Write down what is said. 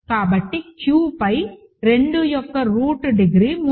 కాబట్టి Q పై 2 యొక్క క్యూబ్ రూట్ డిగ్రీ 3